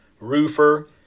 roofer